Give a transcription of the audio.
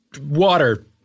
Water